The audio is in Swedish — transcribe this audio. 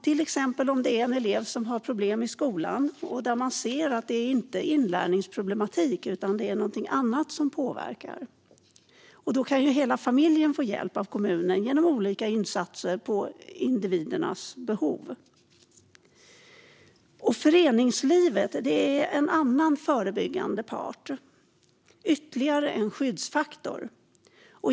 Till exempel om en elev har problem i skolan och man ser att det inte är inlärningsproblematik utan något annat som påverkar, då kan hela familjen få hjälp av kommunen genom olika insatser beroende på individernas behov. Föreningslivet är en annan förebyggande part och ytterligare en skyddsfaktor.